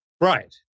Right